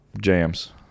jams